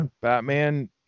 batman